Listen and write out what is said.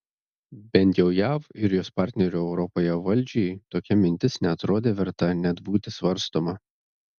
bent jau jav ir jos partnerių europoje valdžiai tokia mintis neatrodė verta net būti svarstoma